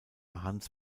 hans